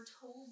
told